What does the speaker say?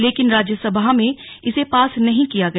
लेकिन राज्यसभा में इसे पास नहीं किया गया